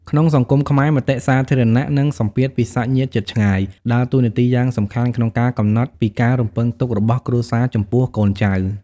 ក្នុងសង្គមខ្មែរ មតិសាធារណៈ និងសម្ពាធពីសាច់ញាតិជិតឆ្ងាយ ដើរតួនាទីយ៉ាងសំខាន់ក្នុងការកំណត់ពីការរំពឹងទុករបស់គ្រួសារចំពោះកូនចៅ។